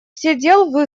сидел